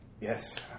Yes